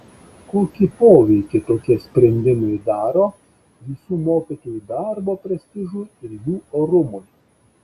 kokį poveikį tokie sprendimai daro visų mokytojų darbo prestižui ir jų orumui